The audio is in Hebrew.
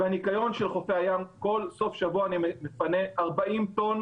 הניקיון של חופי הים כל סוף שבוע אני מפנה 40 טון